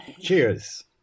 Cheers